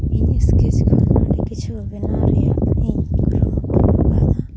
ᱤᱧ ᱥᱠᱮᱪ ᱠᱷᱚᱱ ᱟᱹᱰᱤ ᱠᱤᱪᱷᱩ ᱵᱮᱱᱟᱣ ᱨᱮᱭᱟᱜ ᱤᱧ ᱠᱩᱨᱩᱢᱩᱴᱩ ᱟᱠᱟᱫᱟ